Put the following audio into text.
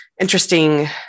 interesting